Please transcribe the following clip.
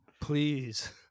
Please